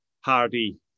hardy